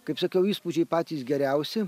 kaip sakiau įspūdžiai patys geriausi